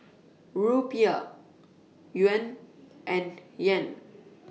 Rupiah Yuan and Yen